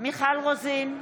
מיכל רוזין,